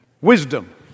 Wisdom